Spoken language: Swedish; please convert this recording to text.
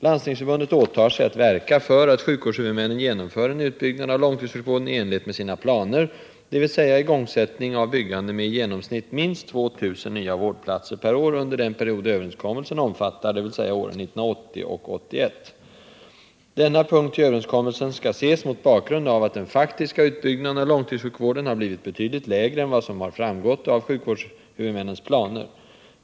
Landstingsförbundet åtar sig att verka för att sjukvårdshuvudmännen genomför en utbyggnad av långtidssjukvården i enlighet med sina planer, dvs. igångsättning av byggande med i genomsnitt minst 2 000 nya vårdplatser per år under den period överenskommelsen omfattar, dvs. åren 1980-1981. Denna punkt i överenskommelsen skall ses mot bakgrund av att den faktiska utbyggnaden av långtidssjukvården har blivit betydligt lägre än vad som framgått av sjukvårdshuvudmännens planer.